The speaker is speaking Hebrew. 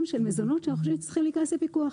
של מזונות שאנחנו חושבים שצריכים להיכנס לפיקוח,